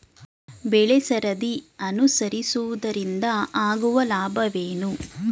ಬೆಳೆಸರದಿ ಅನುಸರಿಸುವುದರಿಂದ ಆಗುವ ಲಾಭವೇನು?